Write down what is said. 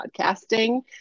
podcasting